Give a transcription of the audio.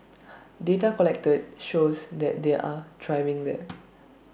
data collected shows that they are thriving there